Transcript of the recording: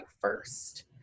first